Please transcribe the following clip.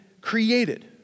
created